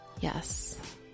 Yes